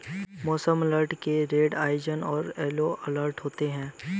मौसम अलर्ट के red orange और येलो अलर्ट होते हैं